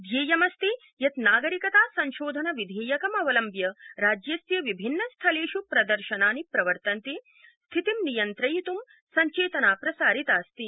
ध्येयमस्ति यत् नागरिकता संशोधन विधेयकमवलम्ब्य राजस्य विभिन्नस्थलेष् प्रदर्शनानि प्रवर्तन्ते स्थितिं नियन्त्रित् संचेतना प्रसारिताऽस्ति